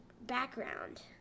background